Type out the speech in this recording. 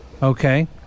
Okay